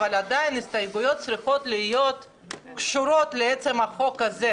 אבל ההסתייגויות צריכות להיות קשורות לעצם החוק הזה.